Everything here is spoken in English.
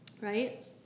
right